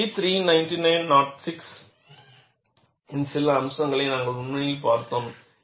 E 399 06 இன் சில அம்சங்களை நாங்கள் உண்மையில் பார்த்தோம்